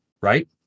right